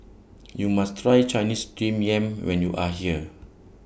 YOU must Try Chinese Steamed Yam when YOU Are here